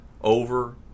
Over